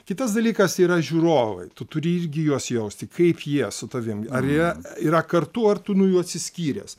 kitas dalykas yra žiūrovai tu turi irgi juos jausti kaip jie su tavim ar jie yra kartu ar tu nuo jų atsiskyręs